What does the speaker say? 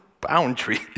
boundary